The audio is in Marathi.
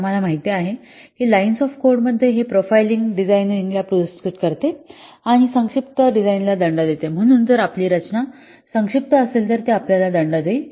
आम्हाला माहित आहे की लाईन्स ऑफ कोडमध्ये हे प्रोफाइलिंग डिझाइनला पुरस्कृत करते आणि संक्षिप्त डिझाइनला दंड देते म्हणून जर आपली रचना संक्षिप्त असेल तर ती आपल्याला दंड देईल